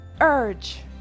urge